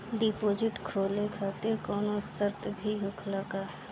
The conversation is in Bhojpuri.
डिपोजिट खोले खातिर कौनो शर्त भी होखेला का?